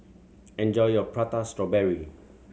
enjoy your Prata Strawberry